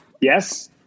Yes